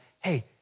hey